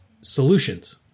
solutions